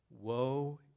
Woe